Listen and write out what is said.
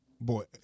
Boy